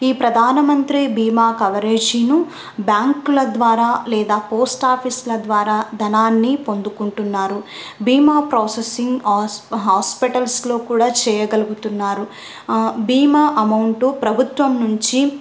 ఈ ప్రధానమంత్రి బీమా కవరేజీను బ్యాంకుల ద్వారా లేదా పోస్ట్ ఆఫీస్ల ద్వారా ధనాన్ని పొందుకుంటున్నారు బీమా ప్రాసెసింగ్ హాస్ హాస్పిటల్స్లో కూడా చేయగలుగుతున్నారు బీమా అమౌంటు ప్రభుత్వం నుంచి